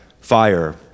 fire